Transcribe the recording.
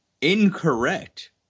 Incorrect